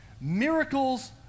Miracles